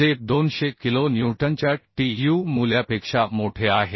जे 200 किलो न्यूटनच्या Tu मूल्यापेक्षा मोठे आहे